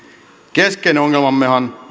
keskeinen ongelmammehan